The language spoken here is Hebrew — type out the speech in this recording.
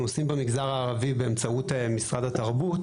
עושים במגזר הערבי באמצעות משרד התרבות.